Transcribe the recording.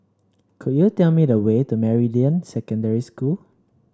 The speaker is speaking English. could you tell me the way to Meridian Secondary School